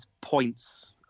points